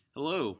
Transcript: Hello